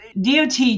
DOT